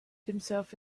himself